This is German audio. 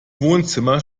wohnzimmer